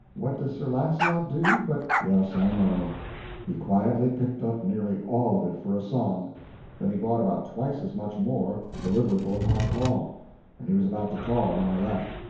what does sir launcelot do, but yes, i know he quietly picked up nearly all of it for a song then he bought about twice as much more, deliverable upon call and he was about to call when i left.